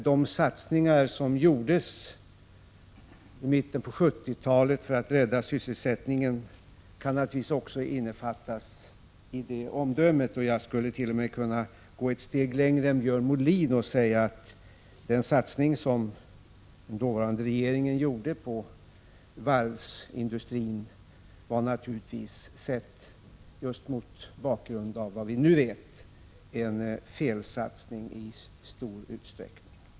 De satsningar som gjordes i mitten på 1970-talet för att rädda sysselsättningen kan naturligtvis innefattas i det omdömet, och jag skulle t.o.m. kunna gå ett steg längre än Björn Molin och säga att den satsning som den dåvarande regeringen gjorde på varvsindustrin var givetvis, sedd just mot bakgrund av vad vi nu vet, i stor utsträckning en felsatsning.